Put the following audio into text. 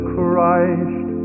Christ